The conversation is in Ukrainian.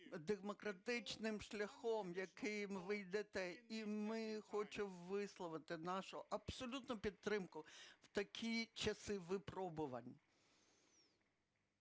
демократичним шляхом, яким ви йдете, і ми хочемо висловити нашу абсолютну підтримку в такі часи випробувань.